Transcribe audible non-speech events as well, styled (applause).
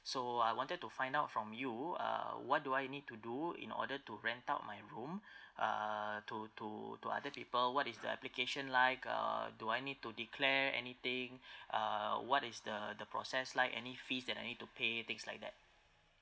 so I wanted to find out from you uh what do I need to do in order to rent out my room (breath) uh to to to other people what is the application like uh do I need to declare anything (breath) uh what is the the process like any fees that I need to pay things like that